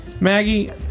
Maggie